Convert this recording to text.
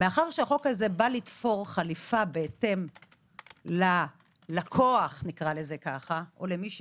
מאחר שהחוק הזה בא לתפור חליפה בהתאם לכוח או למי שבא,